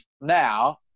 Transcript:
now